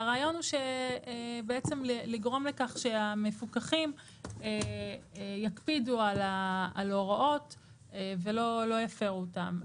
והרעיון הוא לגרום לכך שהמפוקחים יקפידו על הוראות ולא יפרו אותן.